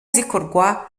zikorwa